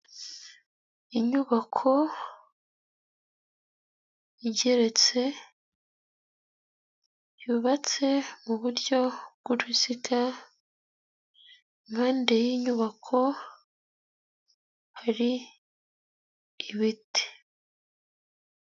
Inyubako igeretse, yubatse muburyo bw'uruziga, immpande y'iyo nyubako hari ibiti.